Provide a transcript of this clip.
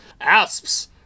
Asps